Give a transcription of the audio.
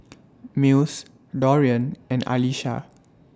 Mills Dorian and Alesha